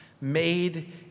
made